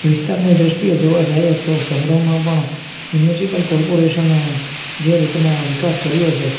વિસ્તારની દ્રષ્ટિએ જોવા જાઈએ તો શહેરોમાં પણ મ્યુનસીપલ કોર્પોરેશને જે રીતના વિકાસ કર્યો છે